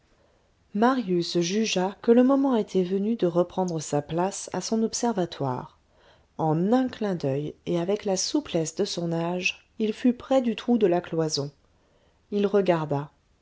marius jugea que le moment était venu de reprendre sa place à son observatoire en un clin d'oeil et avec la souplesse de son âge il fut près du trou de la cloison il regarda